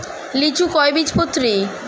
লিচু কয় বীজপত্রী?